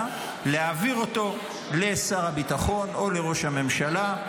להעביר אותו לשר הביטחון או לראש הממשלה,